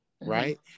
right